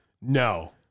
No